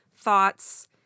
thoughts